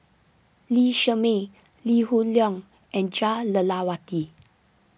Lee Shermay Lee Hoon Leong and Jah Lelawati